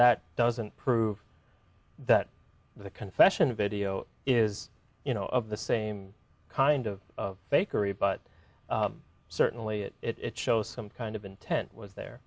that doesn't prove that the confession video is you know of the same kind of fakery but certainly it shows some kind of intent was there